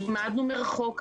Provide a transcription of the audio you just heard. למדנו מרחוק,